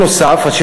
נוסף על כך,